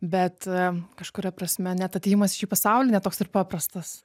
bet kažkuria prasme net atėjimas į šį pasaulį ne toks ir paprastas